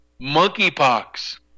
monkeypox